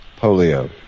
Polio